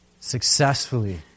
successfully